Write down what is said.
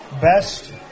best